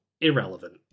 irrelevant